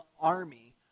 army